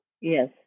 Yes